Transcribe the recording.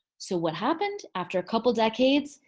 so what happened after a couple decades?